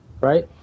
right